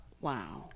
Wow